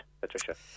Patricia